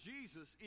Jesus